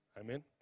Amen